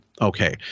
Okay